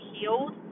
healed